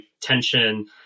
tension